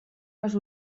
les